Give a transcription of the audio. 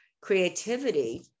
creativity